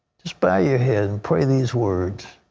just bow your head and pray these words.